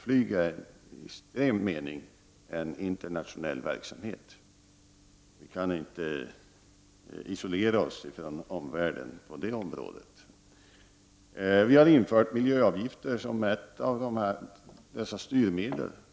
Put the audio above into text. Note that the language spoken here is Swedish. Flyget är i extrem mening en internationell verksamhet. Vi kan inte isolera oss från omvärlden på det området. Vi har infört miljöavgifter som ett styrmedel.